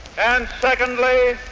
and secondly,